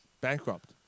Bankrupt